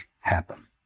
happen